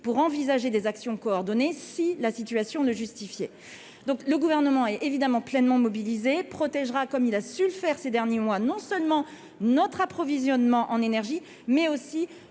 pour envisager des actions coordonnées si la situation le justifiait donc le gouvernement est évidemment pleinement mobilisés protégera comme il a su le faire, ces derniers mois, non seulement notre approvisionnement en énergie, mais aussi